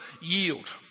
yield